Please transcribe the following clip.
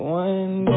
one